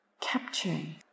capturing